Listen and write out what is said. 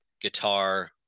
guitar